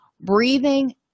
breathing